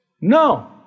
no